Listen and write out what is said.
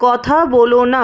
কথা বলো না